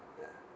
ya